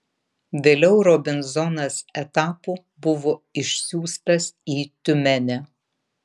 vėliau robinzonas etapu buvo išsiųstas į tiumenę